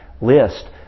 list